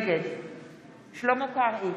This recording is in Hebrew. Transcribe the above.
נגד שלמה קרעי,